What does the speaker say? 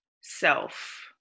Self